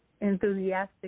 enthusiastic